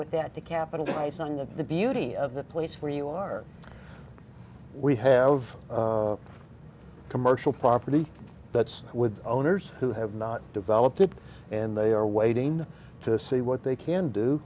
with that to capitalize on that the beauty of the place where you are we have a commercial property that's with owners who have not developed it and they are waiting to see what they can do